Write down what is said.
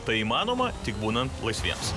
tai įmanoma tik būnant laisviems